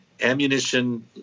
ammunition